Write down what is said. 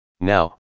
Now